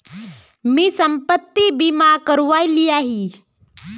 मी संपत्ति बीमा करवाए लियाही